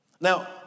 Now